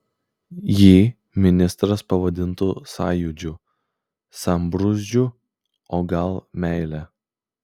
jį ministras pavadintų sąjūdžiu sambrūzdžiu o gal meile